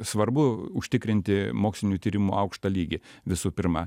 svarbu užtikrinti mokslinių tyrimų aukštą lygį visų pirma